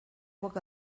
poc